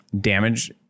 damage